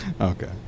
okay